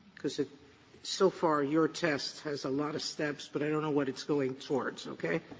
because if so far your test has a lot of steps, but i don't know what it's going towards. okay.